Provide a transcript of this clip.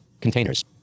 containers